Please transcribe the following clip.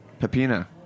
Pepina